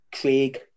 Craig